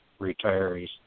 retirees